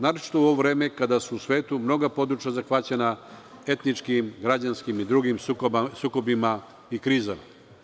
Naročito u ovo vreme kada su u svetu mnoga područja zahvaćena etničkim građanskim i drugim sukobima i krizama.